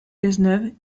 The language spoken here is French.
cazeneuve